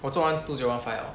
我做完 two zero one five liao